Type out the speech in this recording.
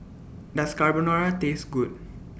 Does Carbonara Taste Good